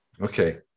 Okay